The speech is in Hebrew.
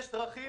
יש דרכים